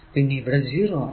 പിന്നെ ഇവിടെ 0 ആണ്